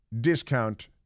discount